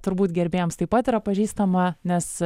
turbūt gerbėjams taip pat yra pažįstama nes